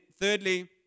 thirdly